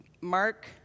Mark